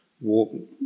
walk